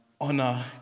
honor